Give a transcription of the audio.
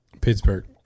Pittsburgh